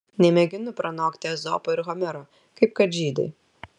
nemėginu pranokti ezopo ir homero kaip kad žydai